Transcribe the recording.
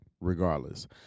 regardless